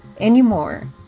anymore